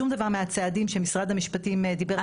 שום דבר מהצעדים שמשרד המשפטים דיבר עליהם בינואר,